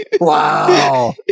Wow